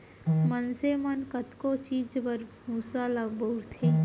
मनसे मन कतको चीज बर भूसा ल बउरथे